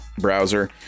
browser